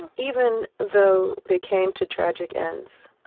and even though they came to tragic ends,